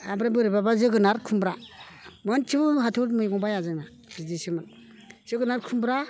ओमफ्राय बोरैबाबा जोगोनार खुमब्रा मोनसेबो हाथायाव मैगं बाया जोङो बिदिसोमोन जोगोनार खुमब्रा